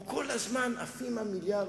פה כל הזמן עפים המיליארדים,